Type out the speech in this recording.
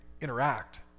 interact